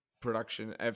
production